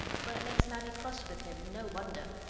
for it makes mammy cross with him, and no wonder!